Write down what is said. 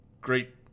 great